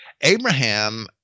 Abraham